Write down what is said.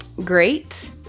great